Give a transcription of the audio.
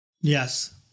Yes